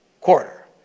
quarter